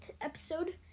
episode